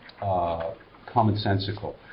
commonsensical